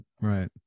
right